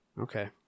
okay